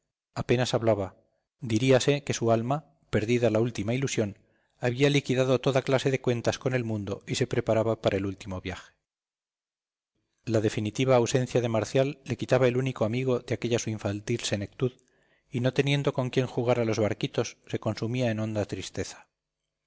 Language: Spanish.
apenas hablaba diríase que su alma perdida la última ilusión había liquidado toda clase de cuentas con el mundo y se preparaba para el último viaje la definitiva ausencia de marcial le quitaba el único amigo de aquella su infantil senectud y no teniendo con quién jugar a los barquitos se consumía en honda tristeza